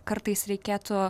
kartais reikėtų